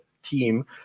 Team